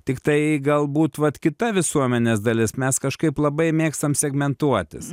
tiktai galbūt vat kita visuomenės dalis mes kažkaip labai mėgstam segmentuotis